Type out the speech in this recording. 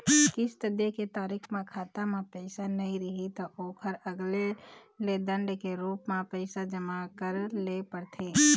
किस्त दे के तारीख म खाता म पइसा नइ रही त ओखर अलगे ले दंड के रूप म पइसा जमा करे ल परथे